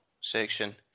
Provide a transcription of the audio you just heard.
section